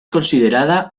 considerada